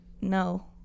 No